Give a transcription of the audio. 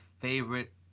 favorite